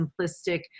simplistic